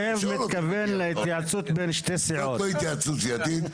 זאת התייעצות איתי.